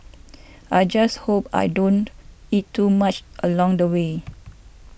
I just hope I don't eat too much along the way